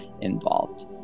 involved